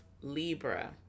libra